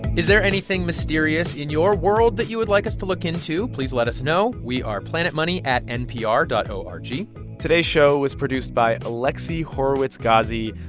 is there anything mysterious in your world that you would like us to look into? please let us know. we are planet money at npr dot o r g today's show was produced by alexi horowitz-ghazi.